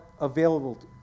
available